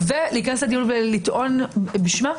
ולטעון בדיון בשמה?